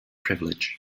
privilege